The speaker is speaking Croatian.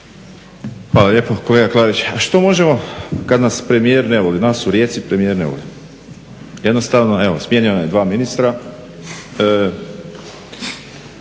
Hvala lijepo. Kolega Klarić, što možemo kada nas premijer ne voli, nas u Rijeci premijer ne voli. Jednostavno, evo, smijenio je dva ministra,